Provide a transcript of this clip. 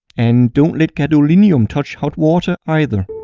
and don't let gadolinium touch hot water either.